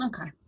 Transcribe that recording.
Okay